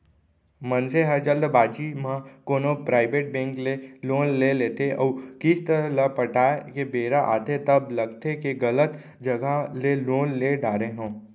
मनसे ह जल्दबाजी म कोनो पराइबेट बेंक ले लोन ले लेथे अउ किस्त ल पटाए के बेरा आथे तब लगथे के गलत जघा ले लोन ले डारे हँव